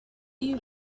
you